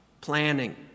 Planning